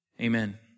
Amen